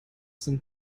sind